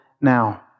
now